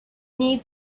need